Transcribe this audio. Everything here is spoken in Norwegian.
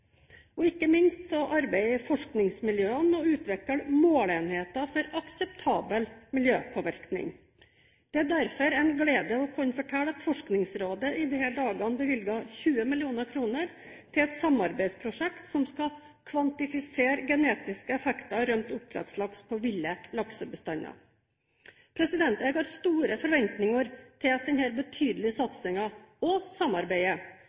Ikke minst arbeider forskningsmiljøene med å utvikle målenheter for akseptabel miljøpåvirkning. Det er derfor en glede å kunne fortelle at Forskningsrådet i disse dager bevilger 20 mill. kr til et samarbeidsprosjekt som skal kvantifisere genetiske effekter av rømt oppdrettslaks på ville laksebestander. Jeg har store forventninger til at denne betydelige stasingen, og samarbeidet,